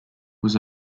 was